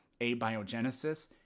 abiogenesis